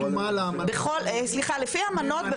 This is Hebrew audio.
לפי האמנות,